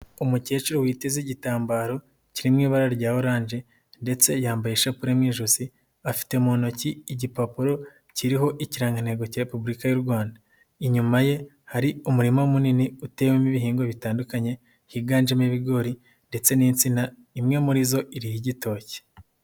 Umukecuru witeze igitambaro, kiri mu ibara rya oranje, ndetse yambaye ishapure mu ijosi, afite mu ntoki igipapuro kiriho ikirangantego cya repubulika y'uRwanda. Inyuma ye hari umurima munini utewemo ibihingwa bitandukanye, higanjemo ibigori, ndetse n'insina, imwe muri zo iriho igitoki.